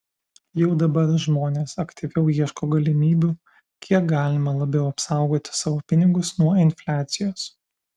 jau dabar žmonės aktyviau ieško galimybių kiek galima labiau apsaugoti savo pinigus nuo infliacijos